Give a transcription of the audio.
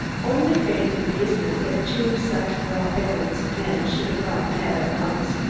only faint amazement that two such well-balanced men should have gone mad at once.